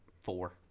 four